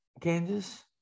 Kansas